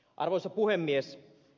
arvoisa puhemies